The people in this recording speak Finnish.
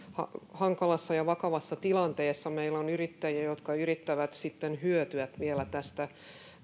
hankalassa ja vakavassa tilanteessa meillä on yrittäjiä jotka yrittävät sitten hyötyä vielä tästä